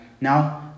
Now